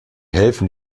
helfen